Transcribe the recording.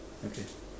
okay